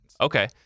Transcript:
Okay